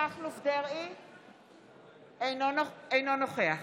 אינו נוכח